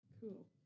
Cool